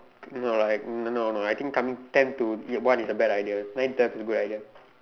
no lah like no no I think coming ten to one is a bad idea nine ten is a good idea